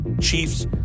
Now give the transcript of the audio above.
Chiefs